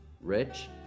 rich